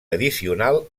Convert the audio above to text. addicional